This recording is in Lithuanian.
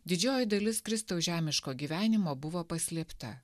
didžioji dalis kristaus žemiško gyvenimo buvo paslėpta